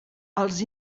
els